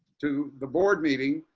to the board meeting,